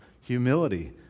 Humility